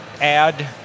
add